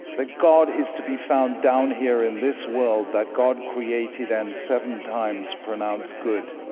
that god is to be found down here in this world that god created and seven times pronounced good.